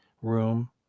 room